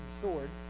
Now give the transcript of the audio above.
sword